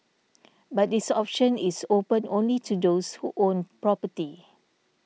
but this option is open only to those who own property